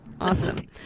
Awesome